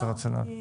וכולי.